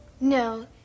No